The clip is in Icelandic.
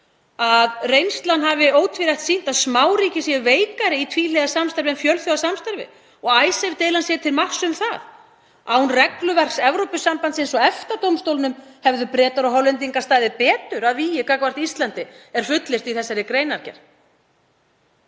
að reynslan hafi ótvírætt sýnt að smáríki séu veikari í tvíhliða samstarfi en fjölþjóðasamstarfi og Icesave-deilan sé til marks um það, án regluverks Evrópusambandsins og EFTA-dómstólsins hefðu Bretar og Hollendingar staðið betur að vígi gagnvart Íslandi. Þetta er fullyrt í þessari greinargerð.